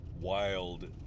wild